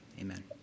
amen